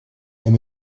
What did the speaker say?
elle